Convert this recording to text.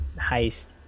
Heist